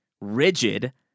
rigid